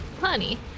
Honey